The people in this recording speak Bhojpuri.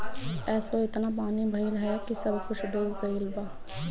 असो एतना पानी भइल हअ की सब कुछ डूब गईल बा